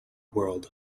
world